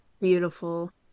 Beautiful